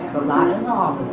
a lot involved